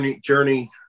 journey